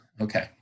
okay